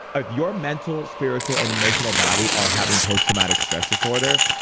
ah if your mental, spiritual, and emotional body are having post-traumatic stress disorder,